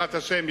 בעזרת השם,